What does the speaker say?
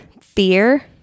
fear